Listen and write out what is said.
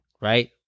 right